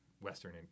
Western